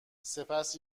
سپس